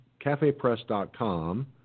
cafepress.com